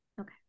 Okay